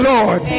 Lord